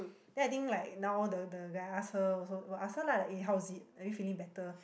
then I think like now the the guy ask her also will ask her lah like eh how was it are you feeling better